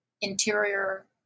interior